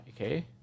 Okay